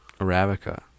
Arabica